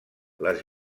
les